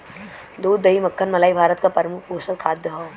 दूध दही मक्खन मलाई भारत क प्रमुख पोषक खाद्य हौ